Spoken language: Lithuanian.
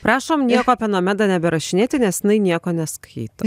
prašom nieko apie nomedą neberašinėti nes jinai nieko neskaito